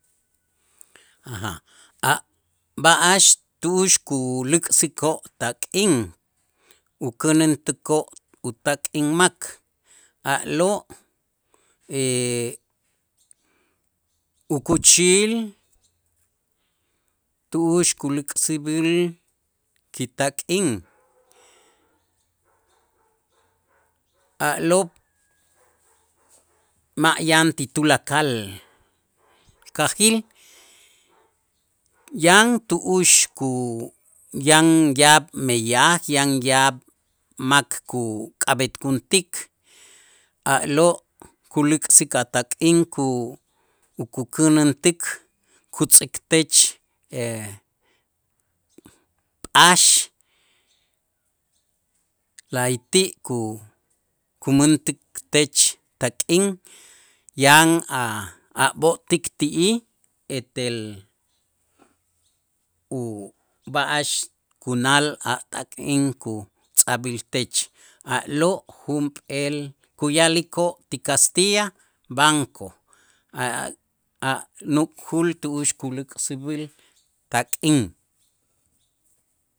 A' b'a'ax tu'ux kuluk'sikoo' tak'in ukänäntikoo' utak'in mak a'lo' ukuuchil tu'ux kuluk'sib'il kitak'in, a'lo' ma' yan ti tulakal kajil yan tu'ux ku yan yaab' meyaj, yan yaab' mak kuk'ab'etkuntik a'lo' kuluk'sik a' tak'in ku- ukänäntik kutz'iktech p'ax la'ayti' ku- kumäntik tech tak'in yan a' b'o'tik ti'ij etel ub'a'ax kunaal a' tak'in kutz'ajb'iltech a'lo' junp'eel kuya'likoo' ti kastiya banco a' nukul kuluk'sib'il tak'in,